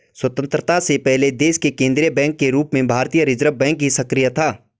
स्वतन्त्रता से पहले देश के केन्द्रीय बैंक के रूप में भारतीय रिज़र्व बैंक ही सक्रिय था